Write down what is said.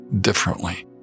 differently